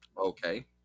Okay